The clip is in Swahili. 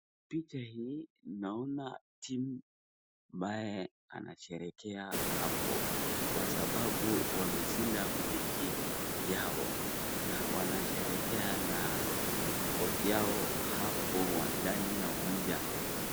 Picha hii naona timu ambaye inasherekea, hapo kwa sababu wameshinda mechi yao na wanasherekea na kocha yao hapo ndani ya uwanja.